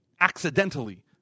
accidentally